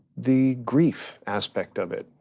the grief aspect of it,